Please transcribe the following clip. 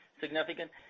significant